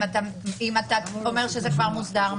אם אתה אומר שזה כבר מוסדר?